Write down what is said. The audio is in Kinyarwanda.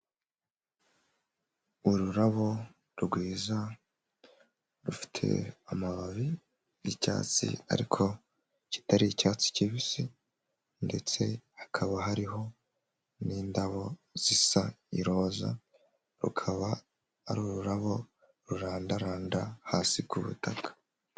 Ururabo rwiza rufite amababi y'icyatsi ariko kitari icyatsi kibisi ndetse hakaba hariho n'indabo zisa iroza rukaba ari ururabo rurandaranda hasi ku butaka.